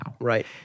Right